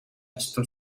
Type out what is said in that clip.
ёстой